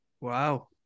Wow